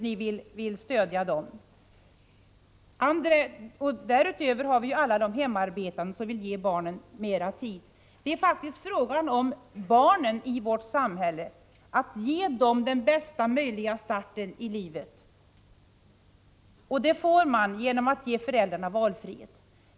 Dessutom har vi alla de hemarbetande som vill ge barnen mera tid. Det är faktiskt fråga om att ge barnen i vårt samhälle bästa möjliga start i livet, och det gör man genom att ge föräldrarna valfrihet.